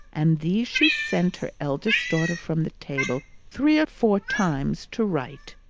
and these she sent her eldest daughter from the table three or four times to write.